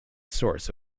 source